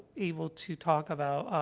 able to talk about, ah,